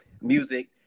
music